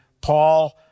Paul